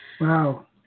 Wow